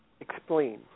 Explain